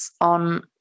on